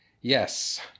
Yes